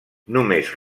només